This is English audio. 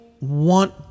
want